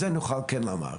את זה נוכל לומר.